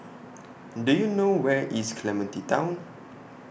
Do YOU know Where IS Clementi Town